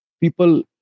People